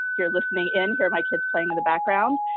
you're listening in, hear my kids playing in the background.